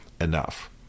enough